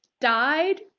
died